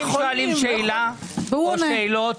החברים שואלים שאלה או שאלות,